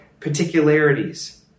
particularities